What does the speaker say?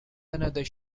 another